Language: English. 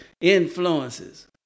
influences